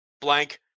blank